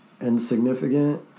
insignificant